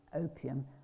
opium